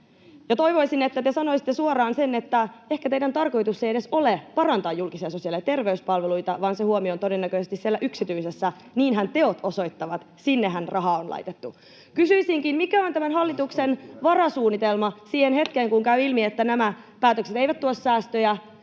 Ja toivoisin, että te sanoisitte suoraan sen, että ehkä teidän tarkoituksenne ei edes ole parantaa julkisia sosiaali‑ ja terveyspalveluita, vaan se huomio on todennäköisesti siellä yksityisessä — niinhän teot osoittavat, sinnehän rahaa on laitettu. Kysyisinkin: mikä on tämän hallituksen varasuunnitelma siihen hetkeen, kun käy ilmi, että nämä päätökset eivät tuo säästöjä,